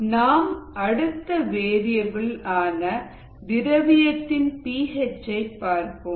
Refer slide time 2947 நாம் அடுத்த variable ஆன திரவியத்தின் பி ஹெச் ஐ பார்ப்போம்